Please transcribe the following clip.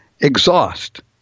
exhaust